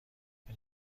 این